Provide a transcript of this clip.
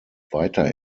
weiter